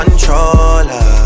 Controller